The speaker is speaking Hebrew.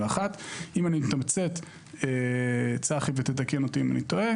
2021. אם אני מתמצת וצחי בובליל יתקן אותי אם אני טועה